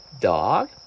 dog